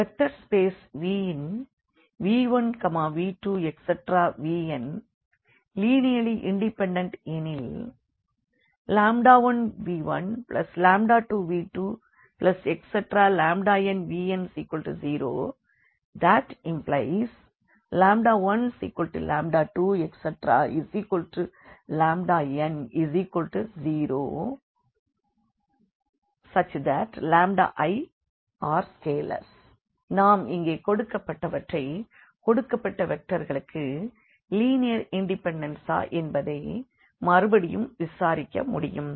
vector space Vன் v1v2vn linearly independent எனில் 1v12v2nvn0⟹12n0 iscalars நாம் இங்கே கொடுக்கப்பட்டவற்றை கொடுக்கப்பட்ட வெக்டர்களுக்கு லீனியர் இண்டிபெண்டன்ஸ் ஆ என்பதை மறுபடியும் விசாரிக்க முடியும்